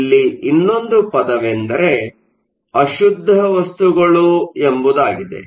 ಇಲ್ಲಿ ಇನ್ನೊಂದು ಪದವೆಂದರೆ ಅಶುದ್ದ ವಸ್ತುಗಳು ಎಂಬುದಾಗಿದೆ